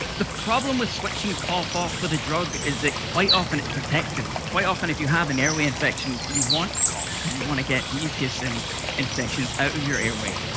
the problem with switching cough off with a drug is that quite often it is protective. quite often if you have an airway infection you want cough because you want to get mucus and infections out of your airway.